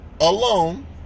alone